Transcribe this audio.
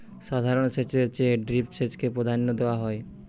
সাধারণ সেচের চেয়ে ড্রিপ সেচকে প্রাধান্য দেওয়া হয়